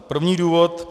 První důvod.